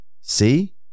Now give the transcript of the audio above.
See